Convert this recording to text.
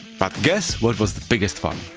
but guess what's what's the biggest fun.